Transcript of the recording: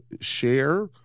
share